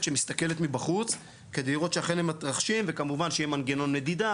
שמסתכלת מבחוץ כדי לראות שאכן הם מתרחשים וכמובן שיהיה מנגנון מדידה